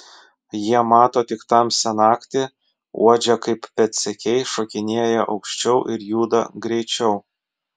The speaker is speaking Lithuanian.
jie mato tik tamsią naktį uodžia kaip pėdsekiai šokinėja aukščiau ir juda greičiau